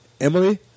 Emily